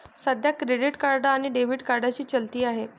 सध्या credit card आणि debit कार्डची चलती आहे